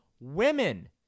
women